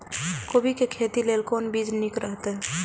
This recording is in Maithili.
कोबी के खेती लेल कोन बीज निक रहैत?